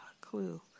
Clue